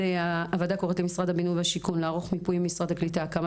הוועדה קוראת למשרד הבינוי והשיכון לערוך מיפוי עם משרד הקליטה כמה